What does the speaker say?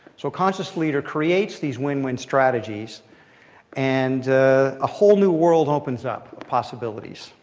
so a conscious leader creates these win-win strategies and a whole new world opens up of possibilities.